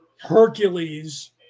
Hercules